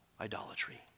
idolatry